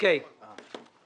איך הגעת לזה?